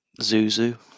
Zuzu